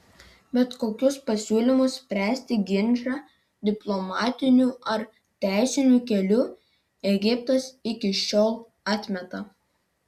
bet kokius pasiūlymus spręsti ginčą diplomatiniu ar teisiniu keliu egiptas iki šiol atmeta